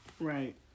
Right